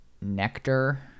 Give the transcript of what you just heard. nectar